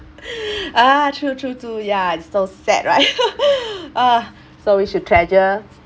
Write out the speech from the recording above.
ah true true to ya it's still sad right ah so we should treasure